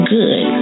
good